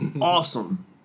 Awesome